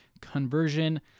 conversion